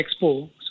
Expo